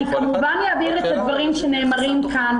אני כמובן אעביר את הדברים שנאמרים כאן.